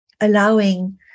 allowing